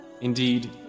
Indeed